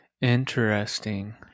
Interesting